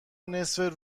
نصف